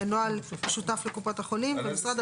יהיה נוהל משותף לקופות החולים ומשרד